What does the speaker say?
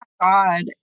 God